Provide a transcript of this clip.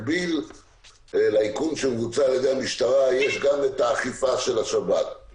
שדווקא היום כשאנחנו נמצאים במגמה של פתיחה של המשק והקטנת הריחוק